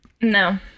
No